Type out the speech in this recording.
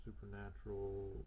supernatural